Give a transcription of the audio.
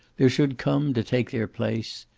there should come, to take their place,